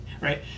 Right